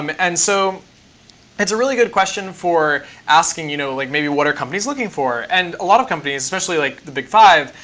um and so that's a really good question for asking, you know like maybe, what are companies looking for? and a lot of companies, especially like the big five,